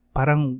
parang